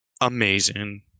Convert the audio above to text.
amazing